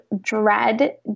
dread